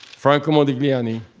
franco modigliani,